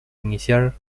iniciar